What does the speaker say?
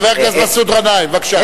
חבר הכנסת מסעוד גנאים, בבקשה.